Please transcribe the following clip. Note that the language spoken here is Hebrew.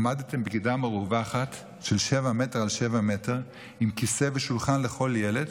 למדתם בכיתה מרווחת של שבעה מטר על שבעה מטר עם כיסא ושולחן לכל ילד,